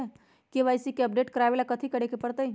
KYC के update करवावेला कथि करें के परतई?